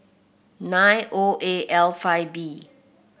nine O A L five B